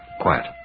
Quiet